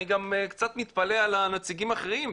אני גם קצת מתפלא על הנציגים האחרים,